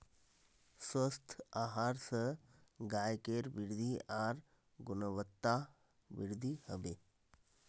स्वस्थ आहार स गायकेर वृद्धि आर गुणवत्तावृद्धि हबे